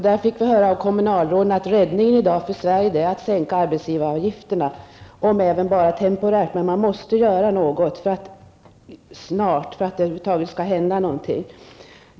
Där fick vi höra från kommunalrådet att räddningen i dag för Sverige är att sänka arbetsgivaravgiften, om även bara temporärt, men någonting måste göras snart för att det över huvud taget skall hända någonting.